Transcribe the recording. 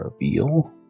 reveal